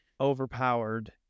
overpowered